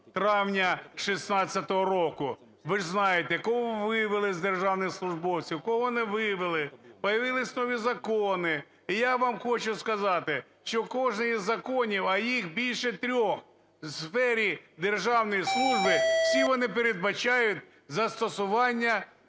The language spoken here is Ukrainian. травня 2016 року, ви ж знаєте, кого вивели з державних службовців, кого не вивели, появилися нові закони. І я вам хочу сказати, що кожен із законів, а їх більше трьох у сфері державної служби, всі вони передбачають застосування